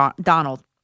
Donald